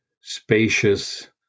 spacious